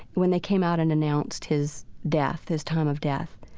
when they came out and announced his death, his time of death,